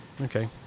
Okay